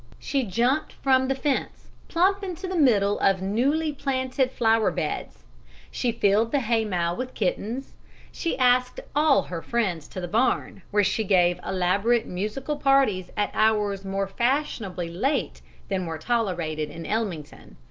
she jumped from the fence plump into the middle of newly planted flower-beds she filled the haymow with kittens she asked all her friends to the barn, where she gave elaborate musical parties at hours more fashionably late than were tolerated in ellmington.